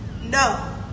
No